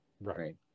right